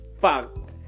fuck